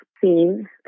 seen